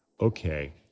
okay